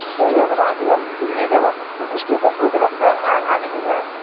तऽ एक बात हम जे दिल्ली जब हम स्टेशनपर उतरब तऽ अहाँ आ जेबै ने